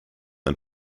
and